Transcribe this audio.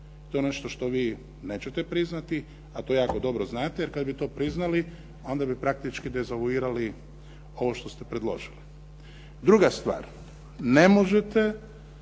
To je nešto što vi nećete priznati, a to jako dobro znate, jer kad bi to priznali, onda bi praktički dezavuirali ovo što ste predložili. Druga stvar, ne možete